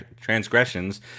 transgressions